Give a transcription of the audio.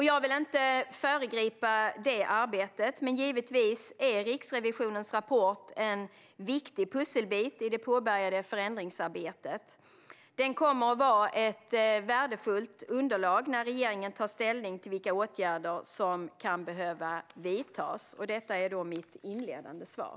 Jag vill inte föregripa detta arbete, men givetvis är Riksrevisionens rapport en viktig pusselbit i det påbörjade förändringsarbetet. Den kommer att vara ett värdefullt underlag när regeringen tar ställning till vilka åtgärder som kan behöva vidtas. Detta är mitt inledande svar.